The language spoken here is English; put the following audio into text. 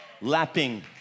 lapping